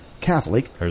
Catholic